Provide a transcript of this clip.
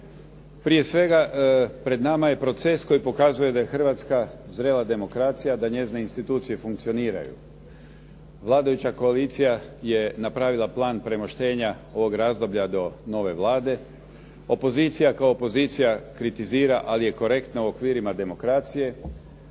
Prije svega, pred nama je proces koji pokazuje da je Hrvatska zrela demokracija da njezine institucije funkcioniraju. Vladajuća koalicija je napravila plan premoštenja ovog razdoblja do nove Vlade. Opozicija kao opozicija kritizira ali je korektna u okvirima demokracija,